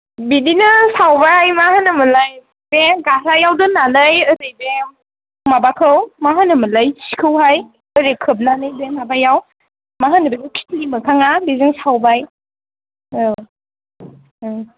बिदिनो सावबाय मा होनोमोनलाय बे गाहायाव दोननानै ओरै जे माबाखौ मा होनोमोनलाय सिखौहाय ओरै खोबनानै जे माबायाव मा होनो बेखौ खिथ्लि नि मोखाङा बेजों सावबाय औ ओं